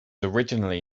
originally